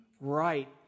right